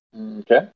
Okay